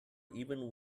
even